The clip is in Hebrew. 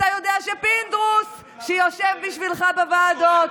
אתה יודע שפינדרוס יושב בשבילך בוועדות,